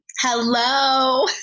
Hello